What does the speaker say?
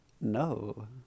No